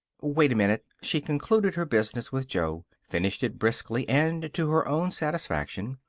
wait a minute. she concluded her business with joe finished it briskly and to her own satisfaction.